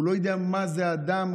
הוא לא יודע מה זה אדם,